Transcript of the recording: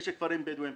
לידי יש כפרים בדואים.